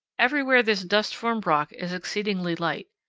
everywhere this dust-formed rock is exceedingly light.